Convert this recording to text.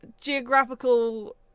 geographical